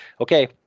okay